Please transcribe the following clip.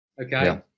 okay